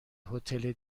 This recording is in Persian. هتل